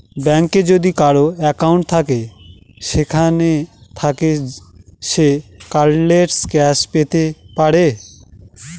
ব্যাঙ্কে যদি কারোর একাউন্ট থাকে সেখান থাকে সে কার্ডলেস ক্যাশ পেতে পারে